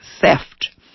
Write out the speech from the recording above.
Theft